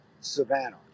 Savannah